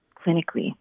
clinically